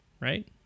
right